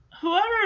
Whoever